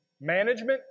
management